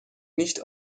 nicht